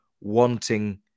wanting